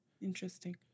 Interesting